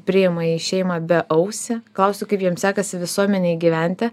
priima į šeimą beausį klausiu kaip jiem sekasi visuomenėj gyventi